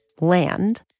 land